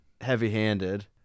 heavy-handed